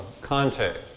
context